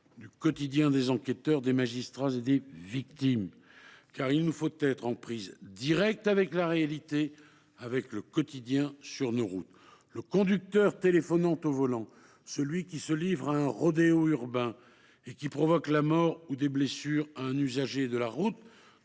du quotidien des enquêteurs, des magistrats et des victimes ; car il nous faut être en prise directe avec la réalité, avec le quotidien de nos routes. Le conducteur téléphonant au volant, celui qui se livre à un rodéo urbain et qui provoque la mort d’un usager de la route